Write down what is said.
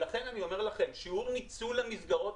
לכן אני אומר לכם ששיעור ניצול המסגרות